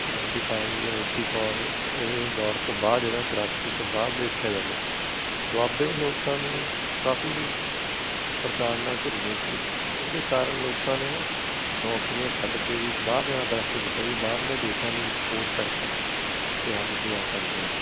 seventy five ਜਾਂ eighty four ਇਹ ਦੌਰ ਤੋਂ ਬਾਦ ਜਿਹੜਾ ਚਰਾਸੀ ਤੋਂ ਬਾਦ ਦੇਖਿਆ ਜਾਵੇ ਦੁਆਬੇ ਦੇ ਲੋਕਾਂ ਨੂੰ ਕਾਫ਼ੀ ਪੜਤਾੜਨਾ ਝੱਲਣੀ ਪਈ ਉਹਦੇ ਕਾਰਨ ਲੋਕਾਂ ਨੇ ਨਾ ਨੌਕਰੀਆਂ ਛੱਡ ਕੇ ਵੀ ਬਾਹਰ ਜਾਣਾ ਪ੍ਰੈਫਰ ਕੀਤਾ ਵੀ ਬਾਹਰਲੇ ਦੇਸ਼ਾਂ ਨੇ ਵੀ ਸਪੋਟ ਕਰਤਾ ਵੇ ਹਾਂ ਤੁਸੀਂ ਆ ਸਕਦੇ ਆਂ